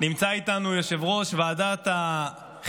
נמצא איתנו יושב-ראש ועדת החינוך,